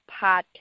Podcast